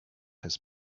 his